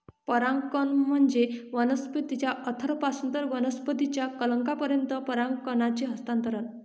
परागकण म्हणजे वनस्पतीच्या अँथरपासून वनस्पतीच्या कलंकापर्यंत परागकणांचे हस्तांतरण